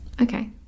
Okay